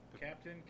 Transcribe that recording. Captain